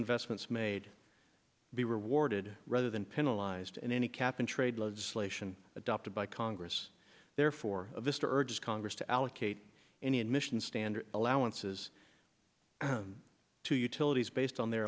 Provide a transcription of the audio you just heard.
investments made be rewarded rather than penalize to any cap and trade legislation adopted by congress therefore vista urged congress to allocate any admission standard allowances to utilities based on their